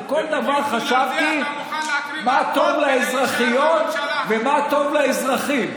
בכל דבר חשבתי מה טוב לאזרחיות ומה טוב לאזרחים.